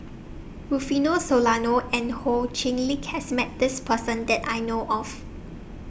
Rufino Soliano and Ho Chee Lick has Met This Person that I know of